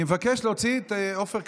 אני שומרת עליך,